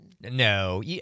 No